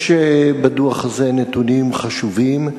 יש בדוח הזה נתונים חשובים.